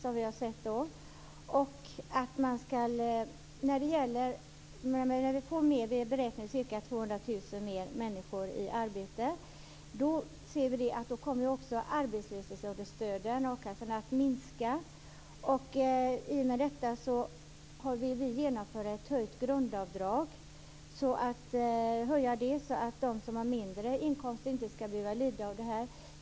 Vi räknar med att få ca 200 000 fler människor i arbete, och då kommer arbetslöshetsunderstöden från akassorna att minska. Vi vill i samband med detta genomföra en höjning av grundavdraget, så att de som har mindre inkomster inte skall bli lidande i sammanhanget.